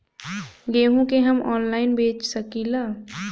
गेहूँ के हम ऑनलाइन बेंच सकी ला?